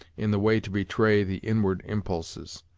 in the way to betray the inward impulses.